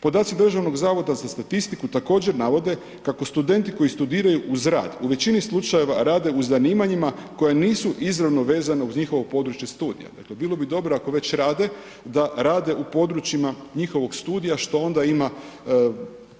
Podaci Državnog zavoda za statistiku također navode kako studenti koji studiraju uz rad u većini slučajeva rade u zanimanjima koja nisu izravno vezana uz njihovo područje studija, dakle bilo bi dobro ako već rade da rade u područjima njihovog studija, što onda ima